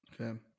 Okay